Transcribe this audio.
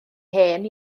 hen